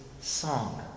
song